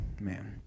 man